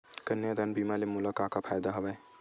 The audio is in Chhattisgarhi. कन्यादान बीमा ले मोला का का फ़ायदा हवय?